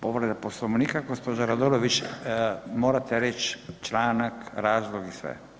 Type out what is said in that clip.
Povreda Poslovnika gospođa Radolović, morate reći članak, razlog i sve.